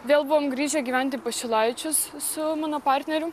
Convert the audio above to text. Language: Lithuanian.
vėl buvom grįžę gyvent į pašilaičius su mano partneriu